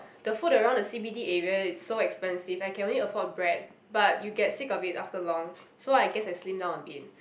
the food around the c_b_d area is so expensive I can only afford bread but you get sick of it after long so I guess I slim down a bit